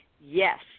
yes